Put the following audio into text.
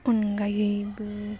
अनगायैबो